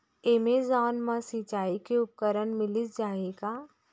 Amazon मा सिंचाई के उपकरण मिलिस जाही का?